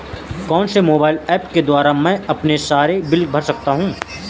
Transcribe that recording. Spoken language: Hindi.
कौनसे मोबाइल ऐप्स के द्वारा मैं अपने सारे बिल भर सकता हूं?